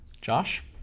Josh